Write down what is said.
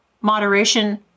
Moderation